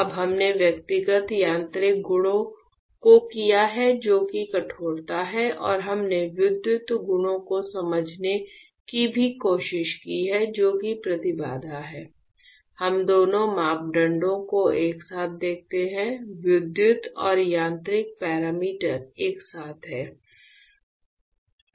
अब हमने व्यक्तिगत यांत्रिक गुणों को किया है जो कि कठोरता है और हमने विद्युत गुणों को समझने की भी कोशिश की है जो कि प्रतिबाधा है हम दोनों मापदंडों को एक साथ देखते हैं विद्युत और यांत्रिक पैरामीटर एक साथ हैं